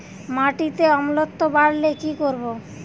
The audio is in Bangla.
মাটিতে অম্লত্ব বাড়লে কি করব?